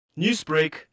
Newsbreak